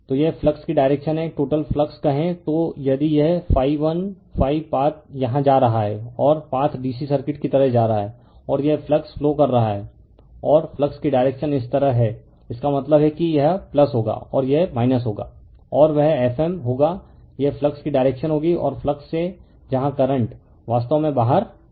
तो यह फ्लक्स की डायरेक्शन है टोटल फ्लक्स कहें तो यदि यह ∅1∅ पाथ यहां जा रहा है और पाथ डीसी सर्किट की तरह जा रहा है और यह फ्लक्स फ्लो कर रहा है और फ्लक्स की डायरेक्शन इस तरह है इसका मतलब है कि यह होगा और यह होगा और वह F m होगा यह फ्लक्स की डायरेक्शन होगी और फ्लक्स से जहां करंट वास्तव में बाहर आ रहा है